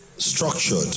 Structured